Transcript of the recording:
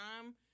time